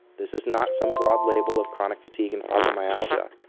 this is not some broad label of chronic fatigue and fibromyalgia.